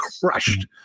crushed